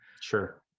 Sure